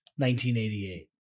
1988